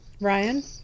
Ryan